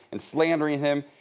and slandering him.